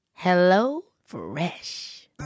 HelloFresh